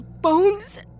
bones